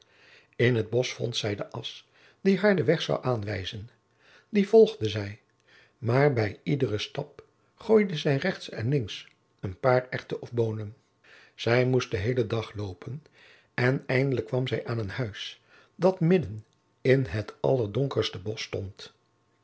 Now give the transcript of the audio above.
in het bosch vond zij de asch die haar den weg zou aanwijzen die volgde zij maar bij iederen stap gooide zij rechts en links een paar erwten of boonen zij moest den heelen dag loopen en eindelijk kwam zij aan een huis dat midden in het allerdonkerste bosch stond